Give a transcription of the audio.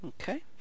Okay